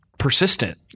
persistent